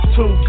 Two